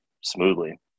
smoothly